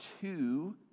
two